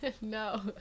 No